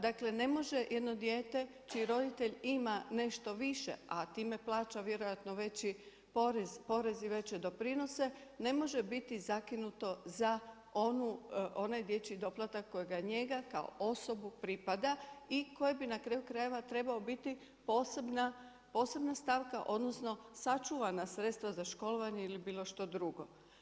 Dakle, ne može jedno dijete, čiji roditelj ima nešto više, a time plaća vjerojatno veći porez i veće doprinose, ne može biti zakinuto za onaj dječji doplatak kojega njega kao osobu pripada i koje bi na kraju krajeva trebao biti posebna stavka odnosno sačuvana sredstva za školovanje ili bilo što drugo.